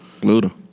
Luda